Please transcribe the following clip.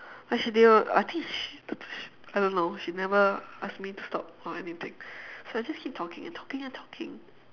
she didn't I think she I don't know she never ask me to stop or anything so I just keep talking and talking and talking